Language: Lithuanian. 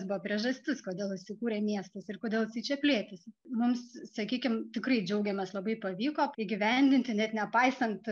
buvo priežastis kodėl įsikūrė miestas ir kodėl jis čia plėtėsi mums sakykim tikrai džiaugiamės labai pavyko įgyvendinti net nepaisant